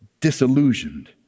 disillusioned